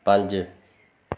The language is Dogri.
पंज